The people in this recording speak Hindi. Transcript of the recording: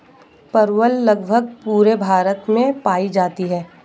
परवल लगभग पूरे भारत में पाई जाती है